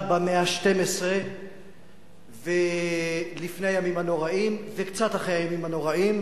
במאה ה-12 לפני הימים הנוראים וקצת אחרי הימים הנוראים,